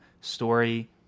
story